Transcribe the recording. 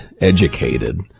educated